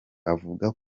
avuga